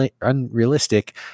unrealistic